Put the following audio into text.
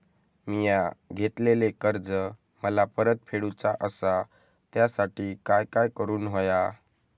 मिया घेतलेले कर्ज मला परत फेडूचा असा त्यासाठी काय काय करून होया?